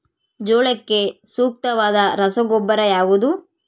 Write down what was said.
ಜೋಳಕ್ಕೆ ಸೂಕ್ತವಾದ ರಸಗೊಬ್ಬರ ಯಾವುದು?